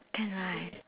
can right